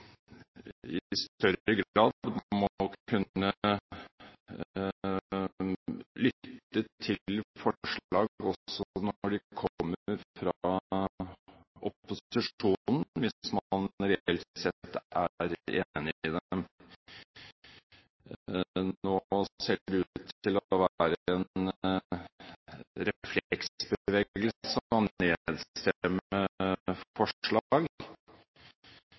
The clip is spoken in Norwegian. kunne lytte til forslag også når de kommer fra opposisjonen, hvis man reelt sett er enig i dem. Nå ser det ut til å være en refleksbevegelse å nedstemme forslag som